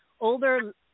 older